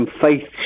faith